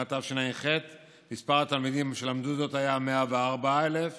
בשנת תשע"ח מספר התלמידים שלמדו זאת היה 104,330,